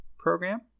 program